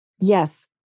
Yes